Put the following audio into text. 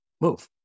move